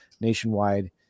nationwide